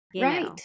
Right